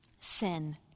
Sin